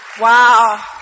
Wow